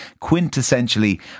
quintessentially